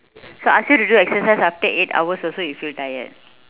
so ask you to do exercise after eight hours also you feel tired